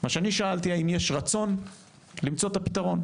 מה שאני שאלתי הוא האם יש רצון למצוא את הפתרון.